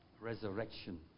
resurrection